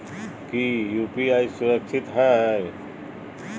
की यू.पी.आई सुरक्षित है?